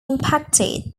impacted